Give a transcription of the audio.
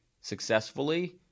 successfully